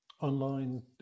online